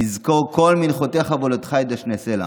יזכר כל מנחתך ועולתך ידשנה סלה.